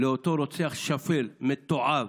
לאותו רוצח שפל, מתועב,